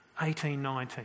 1819